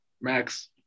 Max